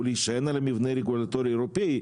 או להישען על המבנה הרגולטורי האירופאי,